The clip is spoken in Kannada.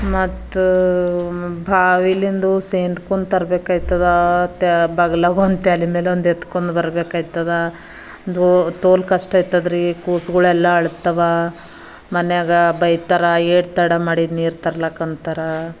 ಮತ್ತು ಬಾವಿಯಯಿಂದ ಸೇದ್ಕೊಂಡು ತರಬೇಕಾಯ್ತದ ತ್ಯ ಬಗಲಾಗೊಂದು ತಲೆ ಮೇಲೊಂದು ಎತ್ಕೊಂಡು ಬರಬೇಕಾಯ್ತದ ದೊ ತೋಲ್ ಕಷ್ಟ ಆಯ್ತದ್ರಿ ಕೂಸುಗಳೆಲ್ಲ ಅಳ್ತಾವ ಮನೆಗ ಬೈತಾರ ಏಟು ತಡ ಮಾಡಿದೆ ನೀರು ತರ್ಲಕ್ಕಂತ್ತಾರ